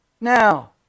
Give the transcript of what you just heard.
Now